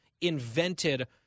invented